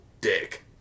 dick